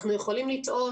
אנחנו יכולים לטעות,